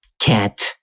cat